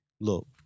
look